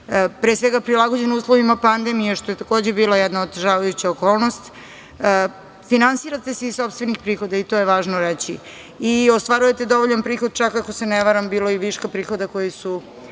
pre svega prilagođen uslovima pandemije što je takođe bila jedna otežavajuća okolnost. Finansirate se iz sopstvenih prihoda i to je važno reći, i ostvarujete dovoljan prihod, čak ako se ne varam bilo je i viška prihoda koji su